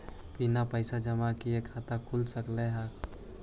बिना पैसा जमा किए खाता खुल सक है?